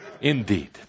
Indeed